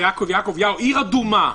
עיר אדומה,